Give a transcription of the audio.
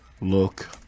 look